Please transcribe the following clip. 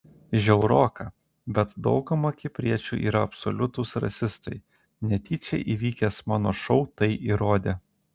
žiauroka bet dauguma kipriečių yra absoliutūs rasistai netyčia įvykęs mano šou tai įrodė